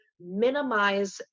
minimize